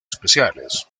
especiales